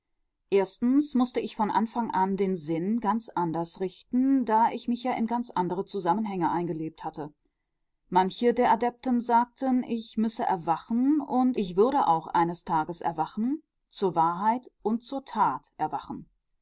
mußte ich von anfang an den sinn ganz anders richten da ich mich ja in ganz andere zusammenhänge eingelebt hatte manche der adepten sagten ich müsse erwachen und ich würde auch eines tages erwachen zur wahrheit und zur tat erwachen